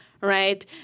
right